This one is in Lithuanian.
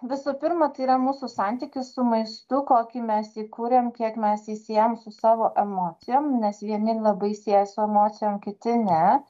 visų pirma tai yra mūsų santykis su maistu kokį mes jį kuriam kiek mes jį siejam su savo emocijom nes vieni labai sieja su emocijom kiti ne